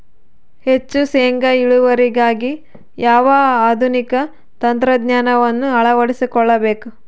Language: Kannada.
ಹೆಚ್ಚು ಶೇಂಗಾ ಇಳುವರಿಗಾಗಿ ಯಾವ ಆಧುನಿಕ ತಂತ್ರಜ್ಞಾನವನ್ನು ಅಳವಡಿಸಿಕೊಳ್ಳಬೇಕು?